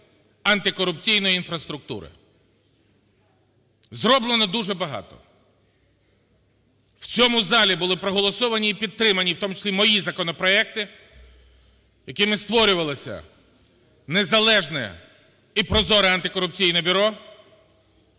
антикорупційної інфраструктури. Зроблено дуже багато. В цьому залі були проголосовані і підтримані і у тому числі мої законопроекти, якими створювалося незалежне і прозоре антикорупційне бюро;